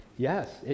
Yes